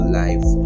life